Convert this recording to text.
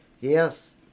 Yes